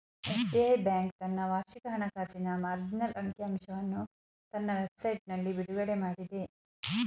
SBI bank ತನ್ನ ವಾರ್ಷಿಕ ಹಣಕಾಸಿನ ಮಾರ್ಜಿನಲ್ ಅಂಕಿ ಅಂಶವನ್ನು ತನ್ನ ವೆಬ್ ಸೈಟ್ನಲ್ಲಿ ಬಿಡುಗಡೆಮಾಡಿದೆ